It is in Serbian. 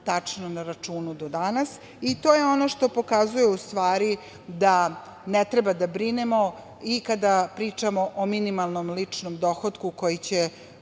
tačno na računu do danas i to je ono što pokazuje, u stvari, da ne treba da brinemo i kada pričamo o minimalnom ličnom dohotku, koji će